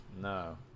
No